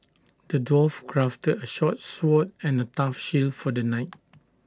the dwarf crafted A sharp sword and A tough shield for the knight